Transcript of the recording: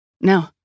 No